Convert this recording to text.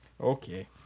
Okay